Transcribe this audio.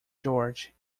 george